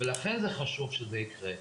לכן זה חשוב שזה יקרה.